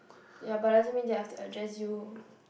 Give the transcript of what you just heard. ya but doesn't mean that I have to address you